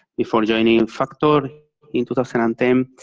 before joining factor in two thousand and ten,